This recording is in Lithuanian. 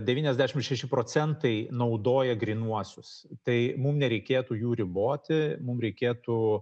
devyniasdešimt šeši naudoja grynuosius tai mum nereikėtų jų riboti mum reikėtų